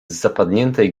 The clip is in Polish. zapadniętej